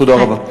תודה רבה.